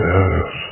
Yes